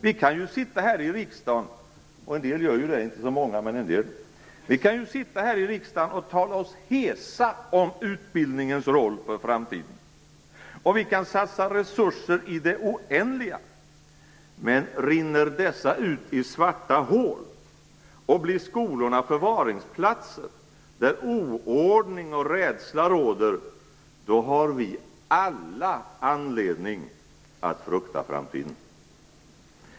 Vi kan ju sitta här i riksdagen - en del gör ju det även om det inte är så många - och tala oss hesa om utbildningens roll för framtiden, och vi kan satsa resurser i det oändliga. Men rinner dessa ut i svarta hål och skolorna blir förvaringsplatser där oordning och rädsla råder, då har vi alla anledning att frukta framtiden.